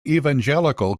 evangelical